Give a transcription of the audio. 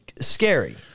scary